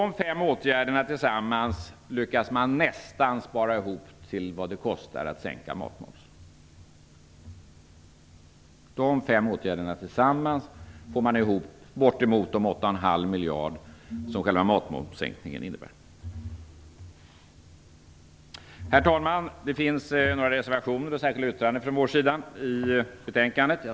Genom dessa fem åtgärder lyckas man nästan spara ihop till kostnaden för sänkningen av matmomsen. Dessa fem åtgärder ger tillsammans bortemot de 8,5 miljarder som matmomssänkningen innebär. Herr talman! Vi har avgett några reservationer och särskilda yttranden till betänkandet.